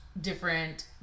different